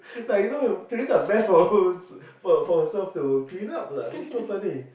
like you know created a mess for her for for herself to clean up lah it's so funny